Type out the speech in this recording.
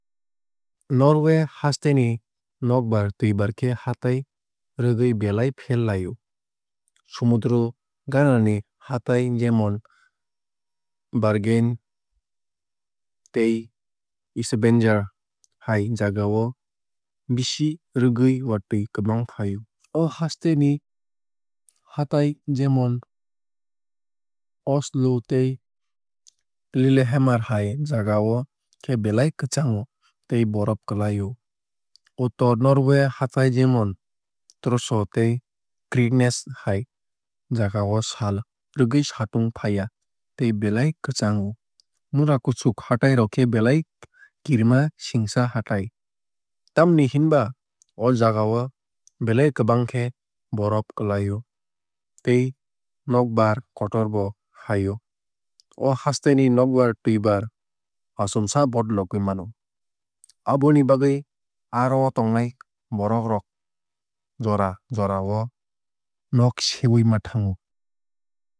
Norway haste ni nokbar twuibar khe hatai rwgui belai ferlai o. Somudro gana ni hatai jemon bergen tei stavanger hai jagao bisi rwgui watui kwbang fai o. O haste ni hatai jemon oslo tei lillehammer hai jagao khe belai kwchango tei borof klai o. Uttor norway hatai jemon troso tei kirkenes hai jagao sal rwgui satung faiya tei belai kwchango. Mura kuchuk hatai rok khe belai kirima singsa hatai. Tamoni hinba o jagao belai kwbang khe borof klai o tei nokbar kotor bo fai o. O haste ni nokbar twuibar achomsa bodologui mano. Aboni bagwui aro o tongnai borok rok jora jorao nog sewui ma thango.